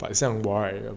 but 像我 right